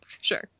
Sure